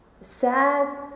sad